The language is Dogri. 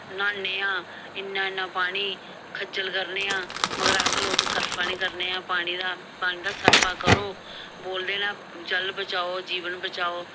न्हाने आं इन्ना इन्ना पानी खज्जल करने आं मगर अस लोग सरफा नेईं करने आं पानी दा पानी दा सरफा करो बोलदे न जल बचाओ जीवन बचाओ